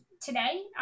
today